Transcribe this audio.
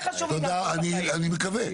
כל הסעיפים האלה שנוגעים לביצוע,